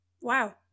Wow